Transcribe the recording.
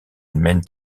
mène